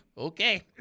Okay